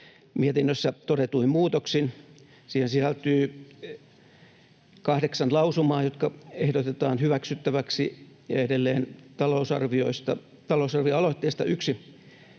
mietinnössä todetuin muutoksin. Siihen sisältyy kahdeksan lausumaa, jotka ehdotetaan hyväksyttäviksi, ja edelleen ehdotetaan talousarvioaloitteista yksi